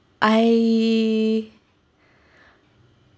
I